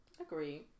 Agreed